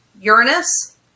Uranus